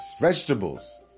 vegetables